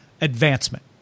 advancement